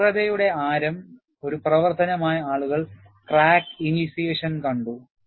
വക്രതയുടെ ആരം ഒരു പ്രവർത്തനമായി ആളുകൾ ക്രാക്ക് ഇനിഷേയ്ഷൻ കണ്ടു